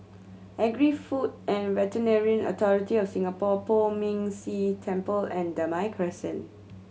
Agri Food and Veterinary Authority of Singapore Poh Ming Tse Temple and Damai Crescent